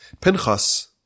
Pinchas